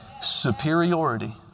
superiority